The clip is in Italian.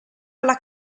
alla